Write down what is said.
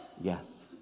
Yes